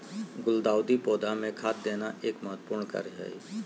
गुलदाऊदी पौधा मे खाद देना एक महत्वपूर्ण कार्य हई